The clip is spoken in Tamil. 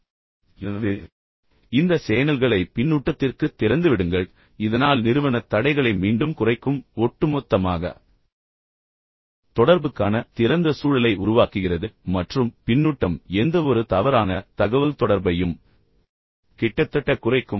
எனவே இந்த சேனல்களை பின்னூட்டத்திற்குத் திறந்து விடுங்கள் இதனால் நிறுவனத் தடைகளை மீண்டும் குறைக்கும் ஒட்டுமொத்தமாக தொடர்புக்கான திறந்த சூழலை உருவாக்குகிறது மற்றும் பின்னூட்டம் எந்தவொரு தவறான தகவல்தொடர்பையும் கிட்டத்தட்ட குறைக்கும்